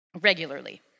regularly